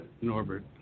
Norbert